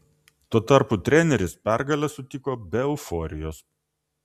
tuo tarpu treneris pergalę sutiko be euforijos